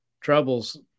troubles